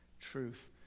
truth